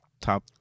top